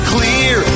clear